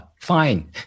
fine